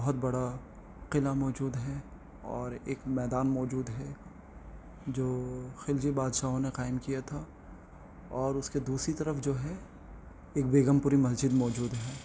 بہت بڑا قلعہ موجود ہے اور ایک میدان موجود ہے جو خلجی بادشاہوں نے قائم کیا تھا اور اس کے دوسری طرف جو ہے ایک بیگم پوری مسجد موجود ہے